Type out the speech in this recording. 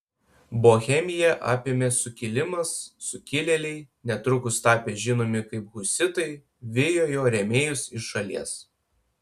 bohemiją apėmė sukilimas sukilėliai netrukus tapę žinomi kaip husitai vijo jo rėmėjus iš šalies